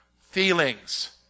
Feelings